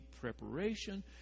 preparation